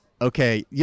okay